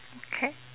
okay